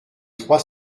trois